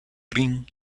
ring